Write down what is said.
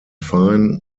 fine